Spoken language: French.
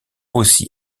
aussi